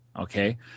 Okay